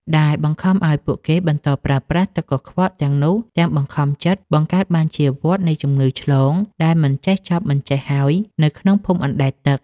ដែលបង្ខំឱ្យពួកគេបន្តប្រើប្រាស់ទឹកកខ្វក់ទាំងនោះទាំងបង្ខំចិត្ត បង្កើតបានជាវដ្តនៃជំងឺឆ្លងដែលមិនចេះចប់មិនចេះហើយនៅក្នុងភូមិអណ្តែតទឹក។